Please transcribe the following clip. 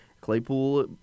Claypool